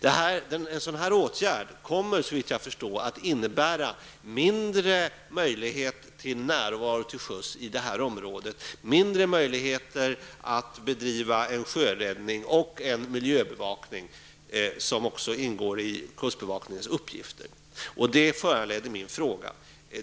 En sådan här åtgärd kommer, såvitt jag förstår, att innebära mindre möjligheter att närvara till sjöss i det här området, mindre möjligheter att bedriva sjöräddning och miljöbevakning, som också ingår i kustbevakningens uppgifter. Det föranledde min fråga.